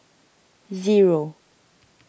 zero